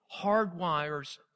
hardwires